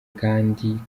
kandi